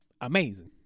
Amazing